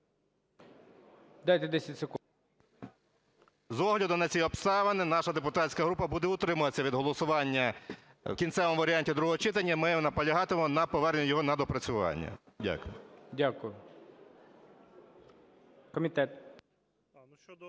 Дайте 10 секунд. БАТЕНКО Т.І. З огляду на ці обставини наша депутатська група буде утримуватися від голосування у кінцевому варіанті другого читання. Ми наполягатимемо на поверненні його на доопрацювання. Дякую. ГОЛОВУЮЧИЙ. Дякую. Комітет.